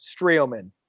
Streelman